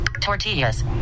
Tortillas